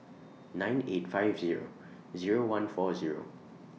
nine eight five Zero Zero one four Zero